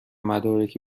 مدارک